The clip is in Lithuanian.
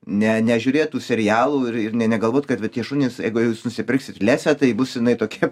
ne nežiūrėtų serialų ir ir nė negalvot kad tie šunys jeigu jūs nusipirksit lesę tai bus jinai tokia